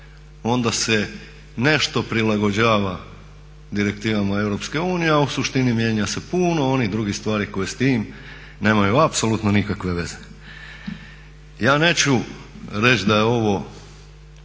onda se nešto prilagođava direktivama Europske unije, a u suštini mijenja se puno onih drugih stvari koje s tim nemaju apsolutno nikakve veze. Ja neću reći da donošenje